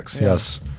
yes